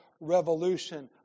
revolution